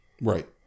right